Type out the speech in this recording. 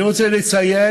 אני רוצה לציין,